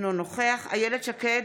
אינו נוכח אילת שקד,